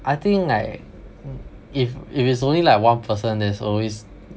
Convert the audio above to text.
I think like if if it's only like one person that's always